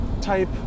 type